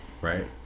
right